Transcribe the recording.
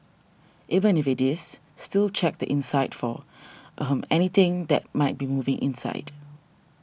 even if it is still check the inside for ahem anything that might be moving inside